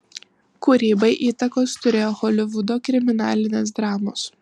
kūrybai įtakos turėjo holivudo kriminalinės dramos